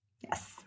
Yes